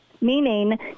meaning